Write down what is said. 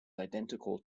identical